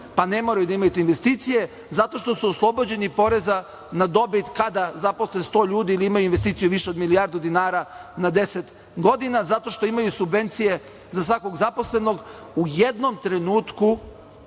pa ne moraju da imaju te investicije, zato što su oslobođeni poreza na dobit kada zaposle 100 ljudi ili imaju investiciju više od milijardu dinara na 10 godina, zato što imaju subvencije za svakog zaposlenog. Zbog toga